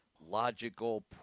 logical